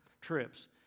trips